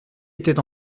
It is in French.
était